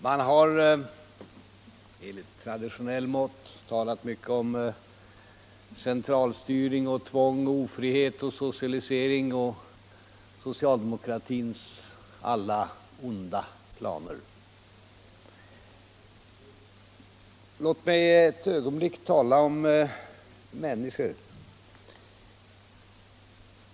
Man har enligt traditionellt mått talat mycket om centralstyrning, tvång, otrygghet, socialisering och socialdemokratins alla onda planer. Låt mig ett ögonblick tala om människor.